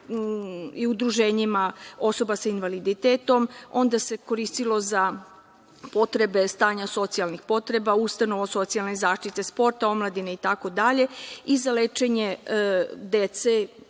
i udruženjima osoba sa invaliditetom, onda se koristilo za potrebe stanja socijalnih potreba, socijalne zaštite, sporta, omladine i za lečenje dece